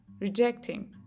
rejecting